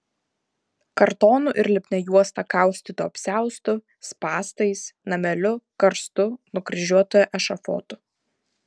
kartonu ir lipnia juosta kaustytu apsiaustu spąstais nameliu karstu nukryžiuotojo ešafotu